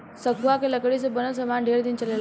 सखुआ के लकड़ी से बनल सामान ढेर दिन चलेला